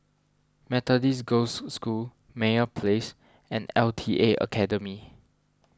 Methodist Girls' School Meyer Place and L T A Academy